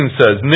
says